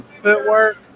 footwork